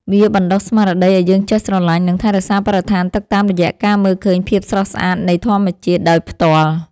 វាបណ្ដុះស្មារតីឱ្យយើងចេះស្រឡាញ់ និងថែរក្សាបរិស្ថានទឹកតាមរយៈការមើលឃើញភាពស្រស់ស្អាតនៃធម្មជាតិដោយផ្ទាល់។